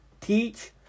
teach